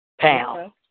pound